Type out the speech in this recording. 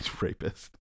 rapist